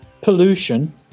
pollution